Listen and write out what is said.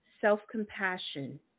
self-compassion